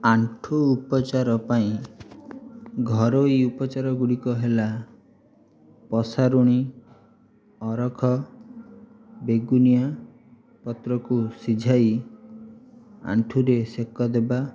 ଆଣ୍ଠୁ ଉପଚାର ପାଇଁ ଘରୋଇ ଉପଚାରଗୁଡ଼ିକ ହେଲା ପସାରୁଣୀ ଅରଖ ବେଗୁନିଆ ପତ୍ରକୁ ସିଝାଇ ଆଣ୍ଠୁରେ ସେକ ଦେବା